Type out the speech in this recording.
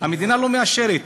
המדינה לא מאשרת.